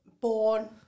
born